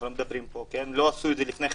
לא עשו את זה לפני כן.